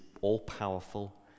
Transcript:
all-powerful